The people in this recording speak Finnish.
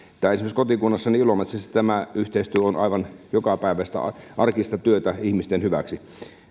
esimerkiksi kotikunnassani ilomantsissa tämä yhteistyö on aivan jokapäiväistä arkista työtä ihmisten hyväksi